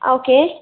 okay